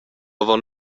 avon